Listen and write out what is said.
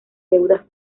deudas